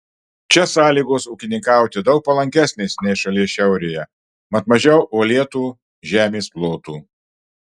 čia sąlygos ūkininkauti daug palankesnės nei šalies šiaurėje mat mažiau uolėtų žemės plotų